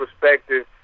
perspective